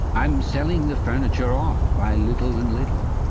i'm selling the furniture off by little and little.